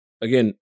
again